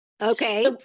Okay